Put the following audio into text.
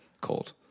cold